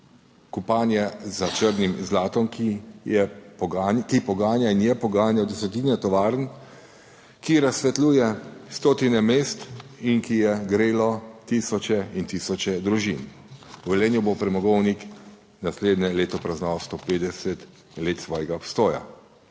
kopanje za črnim zlatom, ki poganja in je poganjal desetine tovarn, ki razsvetljuje stotine mest in ki je grelo tisoče in tisoče družin. V Velenju bo premogovnik naslednje leto praznoval 150 let svojega obstoja